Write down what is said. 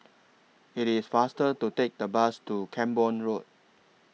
IT IS faster to Take The Bus to Camborne Road